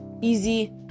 easy